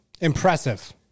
Impressive